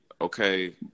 Okay